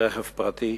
לרכב פרטי.